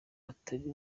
atari